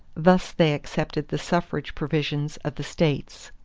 thus they accepted the suffrage provisions of the states.